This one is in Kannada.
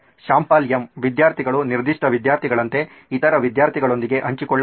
ಶ್ಯಾಮ್ ಪಾಲ್ ಎಂ ವಿದ್ಯಾರ್ಥಿಗಳು ನಿರ್ದಿಷ್ಟ ವಿದ್ಯಾರ್ಥಿಗಳಂತೆ ಇತರ ವಿದ್ಯಾರ್ಥಿಗಳೊಂದಿಗೆ ಹಂಚಿಕೊಳ್ಳಬಹುದು